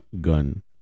gun